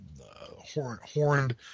horned